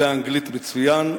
יודע אנגלית מצוין,